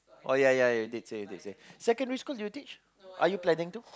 oh yeah yeah yeah you did say you did say secondary school you teach are you planning to